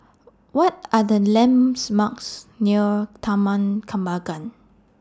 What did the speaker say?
What Are The lands Marks near Taman Kembangan